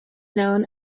known